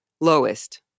lowest